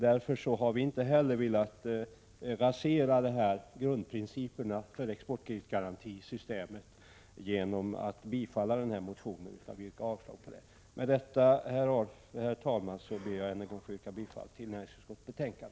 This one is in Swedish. Därför har vi inom utskottsmajoriteten inte velat rasera grundprinciperna för exportkreditgarantisystemet genom att tillstyrka motionen utan yrkat avslag på den. Med detta, herr talman, ber jag än en gång att få yrka bifall till näringsutskottets hemställan.